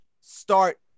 start